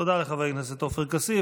תודה לחבר הכנסת עופר כסיף.